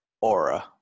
aura